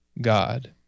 God